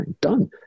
Done